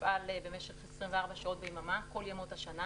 שיפעל במשך 24 שעות ביממה כל ימות השנה.